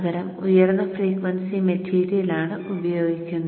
പകരം ഉയർന്ന ഫ്രീക്വൻസി മെറ്റീരിയലാണ് ഉപയോഗിക്കുന്നത്